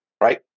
Right